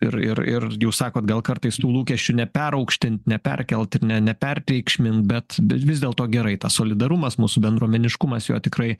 ir ir ir jūs sakot gal kartais tų lūkesčių neperaukštint neperkeltine neperteikšmint bet bet vis dėlto gerai tas solidarumas mūsų bendruomeniškumas jo tikrai